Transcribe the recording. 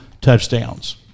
touchdowns